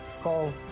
Call